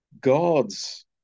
God's